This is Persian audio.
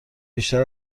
بیشتر